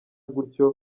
gutyo